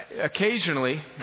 occasionally